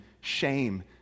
shame